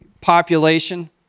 population